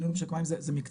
ניהול משק המים זה מקצוע,